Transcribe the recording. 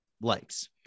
likes